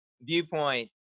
viewpoint